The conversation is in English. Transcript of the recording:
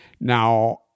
Now